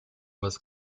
was